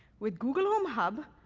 with google home hub,